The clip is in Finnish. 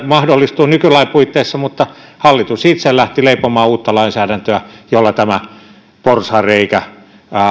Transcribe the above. mahdollistuu nykylain puitteissa mutta hallitus itse lähti leipomaan uutta lainsäädäntöä jolla tämä porsaanreikä